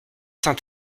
saint